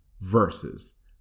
versus